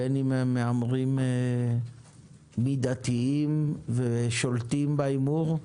בין אם הם מהמרים מידתיים ושולטים בהימור,